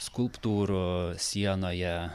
skulptūrų sienoje